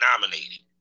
nominated